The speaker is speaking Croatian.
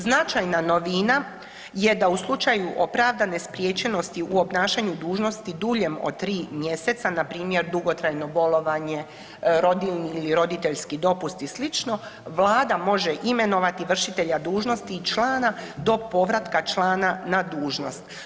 Značajna novina je da u slučaju opravdane spriječenosti u obnašanju dužnosti duljem od tri mjeseca, npr. dugotrajno bolovanje, rodiljni ili roditeljski dopust i sl. vlada može imenovati vršitelja dužnosti člana do povratka člana na dužnost.